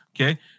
Okay